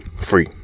free